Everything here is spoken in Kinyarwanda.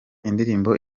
indirimbo